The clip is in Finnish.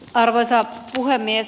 arvoisa puhemies